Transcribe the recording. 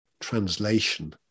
translation